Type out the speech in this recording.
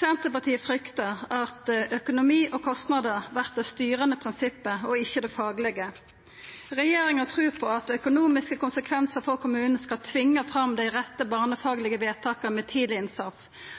Senterpartiet fryktar at økonomi og kostnader vert det styrande prinsippet og ikkje det faglege. Regjeringa trur på at økonomiske konsekvensar for kommunane skal tvinga fram dei rette barnefaglege vedtaka med tidleg innsats.